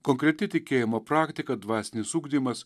konkreti tikėjimo praktika dvasinis ugdymas